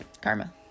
Karma